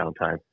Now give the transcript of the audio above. downtime